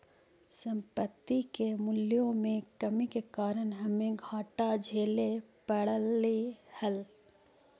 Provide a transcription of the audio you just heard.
संपत्ति के मूल्यों में कमी के कारण हमे घाटा झेले पड़लइ हल